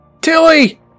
Tilly